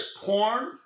porn